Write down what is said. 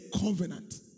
covenant